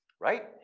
Right